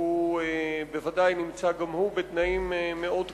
אבל הוא בוודאי נמצא בתנאים מאוד קשים.